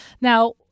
Now